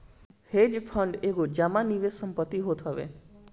hedge fund एगो जमा निवेश संपत्ति होत हवे